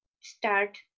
start